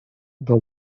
del